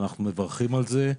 ואנחנו מברכים על זה.